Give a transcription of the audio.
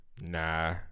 Nah